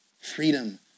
Freedom